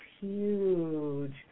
huge